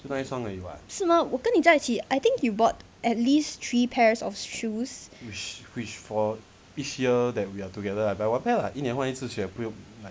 是吗我跟你在一起 I think you bought at least three pairs of shoes